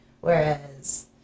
Whereas